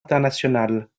internationales